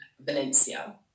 Valencia